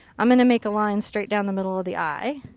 i'm going to make a line straight down the middle of the eye.